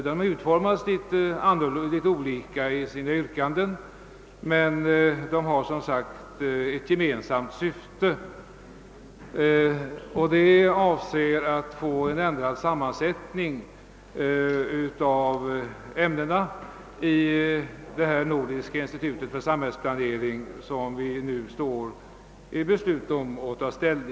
De har utformats något olika i sina yrkanden, men de har som sagt ett gemensamt syfte, nämligen att åstadkomma en ändrad sammansättning av ämnena i det nordiska institutet för samhällsplanering, beträffande vilket vi nu står i begrepp att fatta beslut.